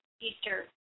Easter